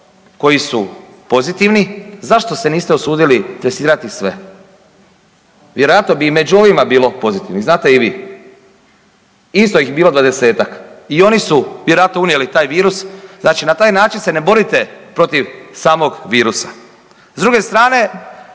koji su pozitivni, zašto se niste usudili testirati sve. Vjerojatno bi i među ovima bilo pozitivnih, znate i vi, isto bi ih bilo 20-tak. I oni su vjerojatno unijeli taj virus, znači na taj način se ne borite protiv samog virusa. S druge strane